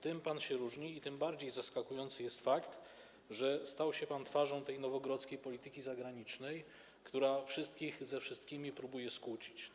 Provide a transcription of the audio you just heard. Tym pan się różni, dlatego tym bardziej zaskakujący jest fakt, że stał się pan twarzą tej nowogrodzkiej polityki zagranicznej, która wszystkich ze wszystkimi próbuje skłócić.